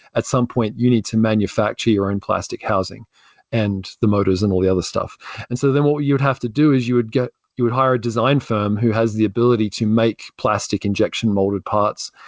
at some point you need to manufacture your and plastic housing and the motors and all the other stuff and so then what you'd have to do is you would get you would hire a design firm who has the ability to make plastic injection molded parts,